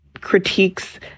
critiques